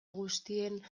guztien